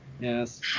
yes